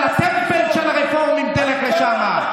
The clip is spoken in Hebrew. לטמפל של הרפורמים, תלך לשם.